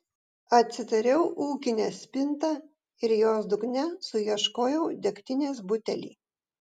atsidariau ūkinę spintą ir jos dugne suieškojau degtinės butelį